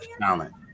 talent